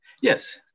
Yes